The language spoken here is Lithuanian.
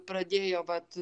pradėjo vat